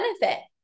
benefit